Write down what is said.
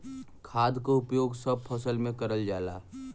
खाद क उपयोग सब फसल में करल जाला